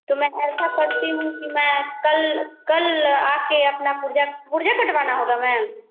तो मैं ऐसा करती हूँ कि मैं कल कल आ कर अपना पर्चा पर्चा कटवाना होगा मैम